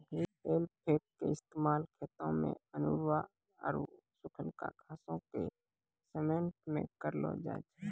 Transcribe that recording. हेइ फोक के इस्तेमाल खेतो मे अनेरुआ आरु सुखलका घासो के समेटै मे करलो जाय छै